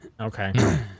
Okay